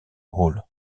hall